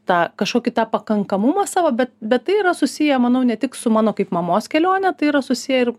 tą kašokį tą pakankamumą savo bet bet tai yra susiję manau ne tik su mano kaip mamos kelione tai yra susiję ir